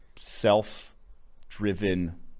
self-driven